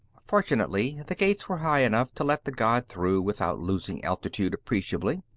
fortunately, the gates were high enough to let the god through without losing altitude appreciably.